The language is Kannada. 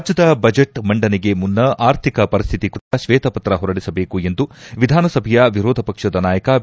ರಾಜ್ಞದ ಬಜೆಟ್ ಮಂಡನೆಗೆ ಮುನ್ನ ಆರ್ಥಿಕ ಪರಿಸ್ವಿತಿ ಕುರಿತು ಸರ್ಕಾರ ಶ್ವೇತಪತ್ರ ಹೊರಡಿಸಬೇಕು ಎಂದು ಎಧಾನಸಭೆಯ ಎರೋಧಪಕ್ಷದ ನಾಯಕ ಬಿ